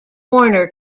warner